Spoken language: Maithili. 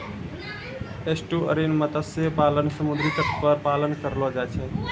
एस्टुअरिन मत्स्य पालन समुद्री तट पर पालन करलो जाय छै